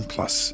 Plus